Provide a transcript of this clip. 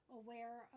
aware